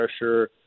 pressure